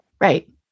Right